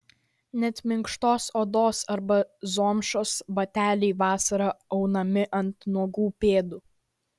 net minkštos odos arba zomšos bateliai vasarą aunami ant nuogų pėdų